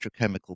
electrochemical